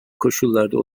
koşullarda